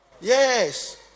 yes